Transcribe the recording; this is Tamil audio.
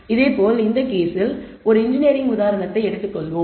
எனவே இதேபோல் இந்த கேஸில் ஒரு இன்ஜினியரிங் உதாரணத்தை எடுத்துக்கொள்வோம்